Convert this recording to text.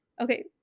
Okay